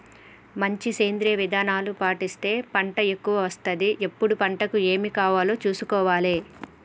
మంచి సేంద్రియ విధానాలు పాటిస్తే పంట ఎక్కవ వస్తది ఎప్పుడు పంటకు ఏమి కావాలో చూసుకోవాలే